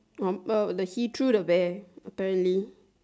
confirm he threw the bear apparently